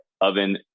oven